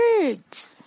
birds